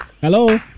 Hello